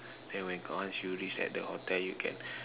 then when once you reach at the hotel you can